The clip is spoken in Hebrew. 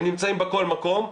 הם נמצאים בכל מקום,